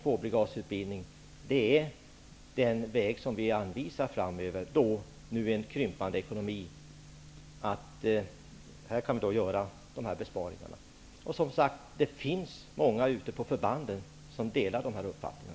Tvåbrigadsutbildningen är den väg som vi anvisar framöver i en krympande ekonomi. Här finns det ju möjlighet att göra besparingar. Och det finns, som sagt, många ute på förbanden som delar den uppfattningen.